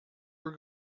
were